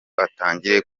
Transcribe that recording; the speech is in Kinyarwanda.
atangire